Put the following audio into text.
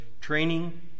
training